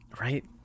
right